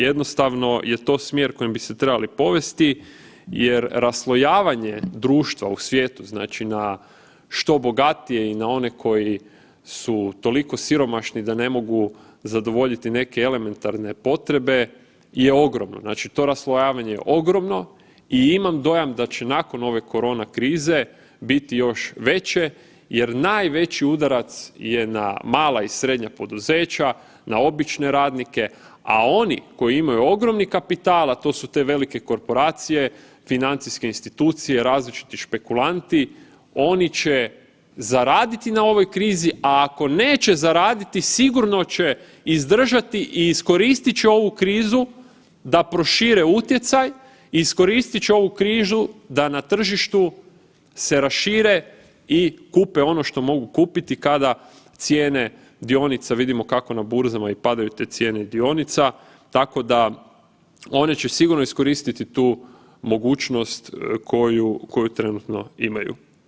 Jednostavno je to smjer kojim bi se trebali povesti jer raslojavanje društva u svijetu, znači na što bogatije i na one koji su toliko siromašni da ne mogu zadovoljiti neke elementarne potrebe je ogromno, znači to raslojavanje je ogromno i imam dojam da će nakon ove korona krize biti još veće jer najveći udarac je na mala i srednja poduzeća, na obične radnike, a oni koji imaju ogromni kapital, a to su te velike korporacije, financijske institucije, različiti špekulanti, oni će zaraditi na ovoj krizi, a ako neće zaraditi, sigurno će izdržati i iskoristit će ovu krizu da prošire utjecaj, iskoristit će ovu krizu da na tržištu se rašire i kupe ono što mogu kupiti kada cijene dionica, vidimo kako na burzama padaju te cijene i dionica, tako da one će sigurno iskoristiti tu mogućnost koju trenutno imaju.